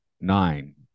nine